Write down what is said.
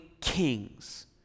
kings